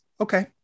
Okay